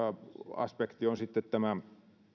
aspekti on sitten tämä